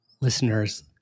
listeners